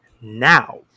Now